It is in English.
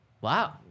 Wow